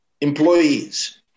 Employees